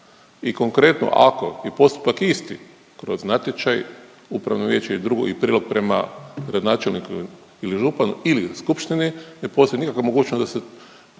i konkretno ako je postupak isti kroz natječaj upravno vijeće … prema gradonačelniku ili županu ili u skupštini ne postoji nikakve mogućnost da se